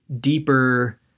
deeper